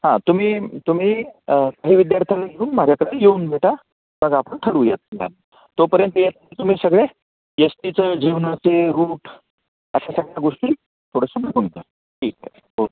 हां तुम्ही तुम्ही काही विद्यार्थ्याला घेऊन माझ्याकडे येऊन भेटा मग आपण ठरवूया प्लॅन तोपर्यंत यातले तुम्ही सगळे येस टीचं जेवणाचे रूट अशा सगळ्या गोष्टी थोडंसं बघून द्या ठीक आहे ओके